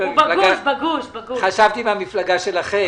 כיושב ראש הוועדה וגם אתם כחברים במפלגה שלו.